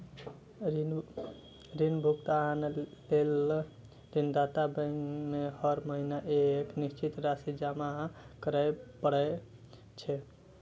ऋण भुगतान लेल ऋणदाता बैंक में हर महीना एक निश्चित राशि जमा करय पड़ै छै